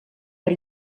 per